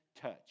touch